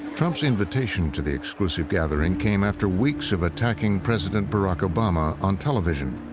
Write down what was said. trump's invitation to the exclusive gathering came after weeks of attacking president barack obama on television.